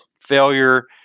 failure